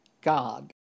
God